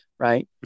right